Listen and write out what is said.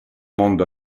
mondo